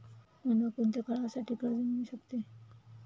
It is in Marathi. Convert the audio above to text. मला कोणत्या काळासाठी कर्ज मिळू शकते?